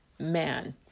man